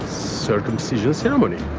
circumcision ceremony!